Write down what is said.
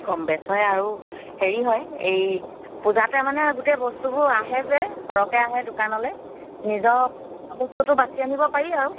কম বেছ হয় আৰু হেৰি হয় এই পূজাতে মানে গোটেই বস্তুবোৰ আহে যে সৰহকৈ আহে দোকানলৈ নিজৰ বস্তুটো বাচি আনিব পাৰি আৰু